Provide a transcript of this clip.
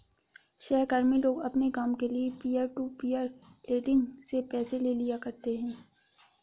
सहकर्मी लोग अपने काम के लिये पीयर टू पीयर लेंडिंग से पैसे ले लिया करते है